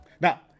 Now